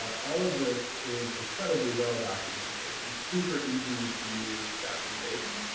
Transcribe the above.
all of this is incredibly well-documented and super easy to use documentation,